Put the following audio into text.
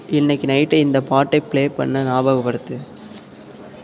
இன்னைக்கு நைட் இந்தப் பாட்டை பிளே பண்ண ஞாபகப்படுத்து